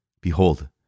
Behold